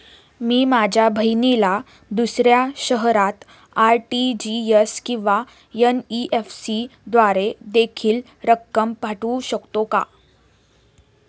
मी माझ्या बहिणीला दुसऱ्या शहरात आर.टी.जी.एस किंवा एन.इ.एफ.टी द्वारे देखील रक्कम पाठवू शकतो का?